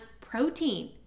protein